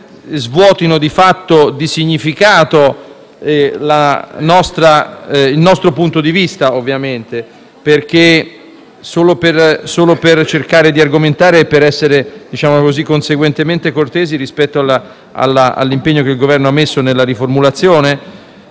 svuotino di significato il nostro punto di vista. Solo per cercare di argomentare e essere conseguentemente cortesi rispetto all'impegno che il Governo ha messo nella riformulazione,